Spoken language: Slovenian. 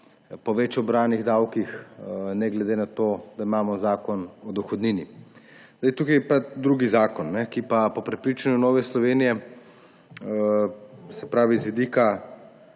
po več pobranih davkih ne glede na to, da imamo Zakon o dohodnini. Tukaj je pa drugi zakon, ki ga po prepričanju Nove Slovenije z vidika